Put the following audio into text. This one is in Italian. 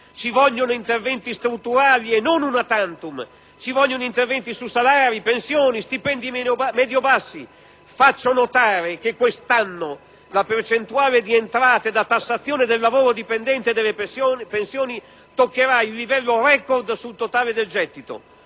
Ci vogliono interventi strutturali, e non *una tantum*, su salari, pensioni e stipendi medio-bassi. Faccio notare che quest'anno la percentuale di entrate da tassazione del lavoro dipendente e delle pensioni toccherà il livello record sul totale del gettito.